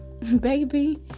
Baby